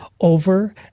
over